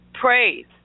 praise